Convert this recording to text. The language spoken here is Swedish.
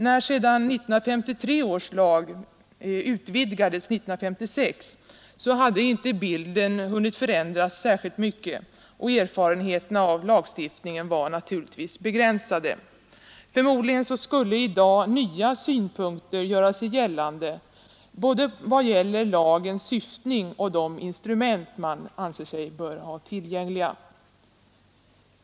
När sedan 1953 års lag utvidgades 1956 hade bilden inte kunnat förändras särskilt mycket, och erfarenheterna av lagstiftningen var naturligtvis begränsade. Förmodligen skulle i dag nya synpunkter göra sig gällande både vad gäller lagens syftning och de instrument man anser sig böra ha tillgängliga.